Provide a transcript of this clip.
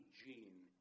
gene